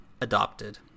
adopted